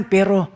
Pero